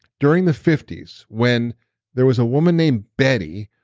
during the fifty s when there was a woman named betty,